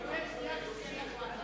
בין שנייה לשלישית.